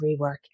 rework